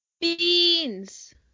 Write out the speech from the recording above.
Beans